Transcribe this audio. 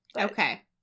okay